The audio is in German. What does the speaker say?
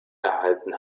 erhalten